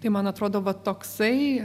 tai man atrodo va toksai